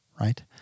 right